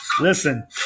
Listen